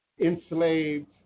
enslaved